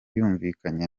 yumvikanye